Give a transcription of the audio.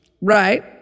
Right